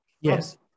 yes